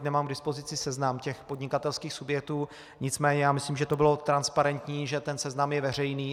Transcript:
Nemám teď k dispozici seznam těch podnikatelských subjektů, nicméně myslím, že to bylo transparentní, že ten seznam je veřejný.